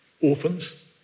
orphans